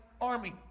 army